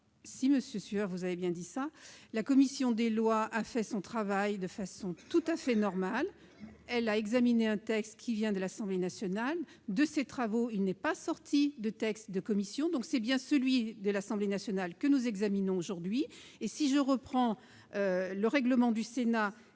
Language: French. si monsieur Sueur, vous avez bien dit ça, la commission des lois a fait son travail de façon tout à fait normal L à examiner un texte qui vient de l'Assemblée nationale de ces travaux, il n'est pas sorti de textes de commissions, donc c'est bien celui de l'Assemblée nationale que nous examinons aujourd'hui et si je reprends le règlement du Sénat